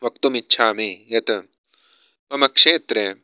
वक्तुम् इच्छामि यत् मम क्षेत्रे